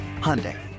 Hyundai